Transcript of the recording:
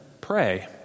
pray